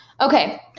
Okay